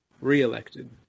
reelected